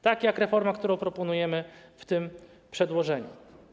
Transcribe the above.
Tak jak reforma, którą proponujemy w tym przedłożeniu.